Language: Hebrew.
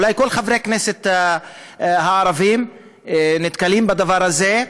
אולי כל חברי הכנסת הערבים נתקלים בדבר הזה,